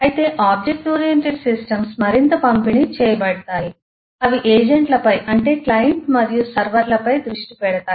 అయితే object oriented systems మరింత పంపిణీ చేయబడతాయి అవి ఏజెంట్లపై అంటే క్లయింట్ మరియు సర్వర్లు పై దృష్టి పెడతాయి